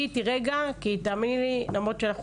בסוף דר'